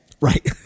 Right